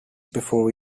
before